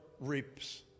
reaps